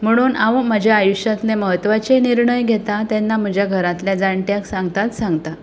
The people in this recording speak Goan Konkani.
म्हणून हांव म्हज्या आयुश्यांतले महत्वाचे निर्णय घेता तेन्ना म्हज्या घरांतल्या जाणट्यांक सांगताच सांगता